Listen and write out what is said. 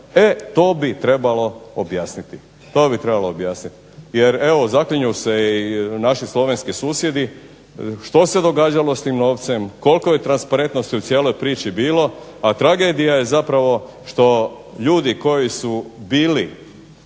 usred rata jel? E to bi trebalo objasniti. Jer zaklinju se i naši slovenski susjedi što se događalo s tim novcem, koliko je transparentnosti u cijeloj priči bilo, a tragedija je zapravo što ljudi koji su bili